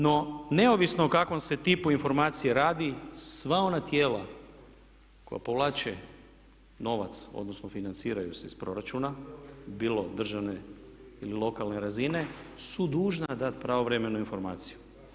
No, neovisno o kakvom se tipu informacija radi sva ona tijela koja povlače novac, odnosno financiraju se iz proračun bilo državne ili lokalne razine su dužna dati pravovremenu informaciju.